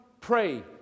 pray